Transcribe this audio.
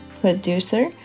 Producer